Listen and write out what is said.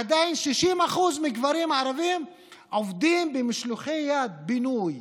עדיין 60% מהגברים הערבים עובדים במשלחי יד של בינוי,